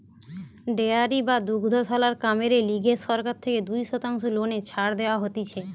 dairy বা দুগ্ধশালার কামেরে লিগে সরকার থেকে দুই শতাংশ লোনে ছাড় দেওয়া হতিছে